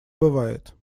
бывает